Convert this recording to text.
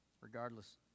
regardless